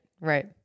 Right